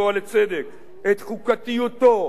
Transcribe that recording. את חוקתיותו של חוק כזה,